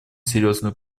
серьезную